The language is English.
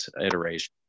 iteration